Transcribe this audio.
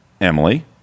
emily